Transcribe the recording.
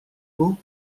beaux